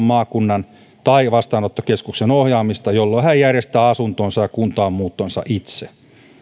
maakunnan tai vastaanottokeskuksen ohjaamista jolloin hän järjestää asuntonsa ja kuntaan muuttonsa itse